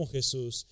Jesús